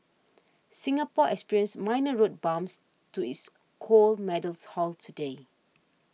Singapore experienced minor road bumps to its gold medals haul today